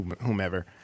whomever